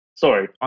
Sorry